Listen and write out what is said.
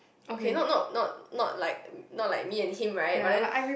okay not not not like not like not like me and him right